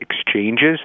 exchanges